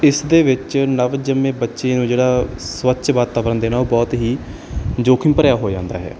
ਇਸ ਦੇ ਵਿੱਚ ਨਵਜੰਮੇ ਬੱਚੇ ਨੂੰ ਜਿਹੜਾ ਸਵੱਛ ਵਾਤਾਵਰਨ ਦੇਣਾ ਉਹ ਬਹੁਤ ਹੀ ਜੋਖਿਮ ਭਰਿਆ ਹੋ ਜਾਂਦਾ ਹੈ